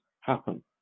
happen